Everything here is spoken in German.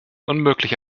unmöglich